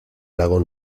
lago